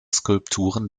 skulpturen